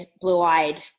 blue-eyed